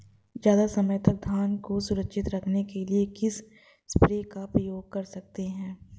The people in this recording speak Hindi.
ज़्यादा समय तक धान को सुरक्षित रखने के लिए किस स्प्रे का प्रयोग कर सकते हैं?